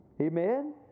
Amen